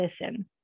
listen